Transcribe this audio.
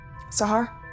Sahar